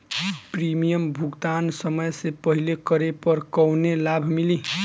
Premium भुगतान समय से पहिले करे पर कौनो लाभ मिली?